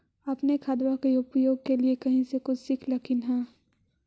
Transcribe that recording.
अपने खादबा के उपयोग के लीये कही से कुछ सिखलखिन हाँ?